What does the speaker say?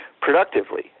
productively